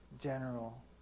General